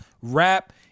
rap